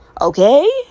okay